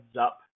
up